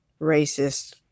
racist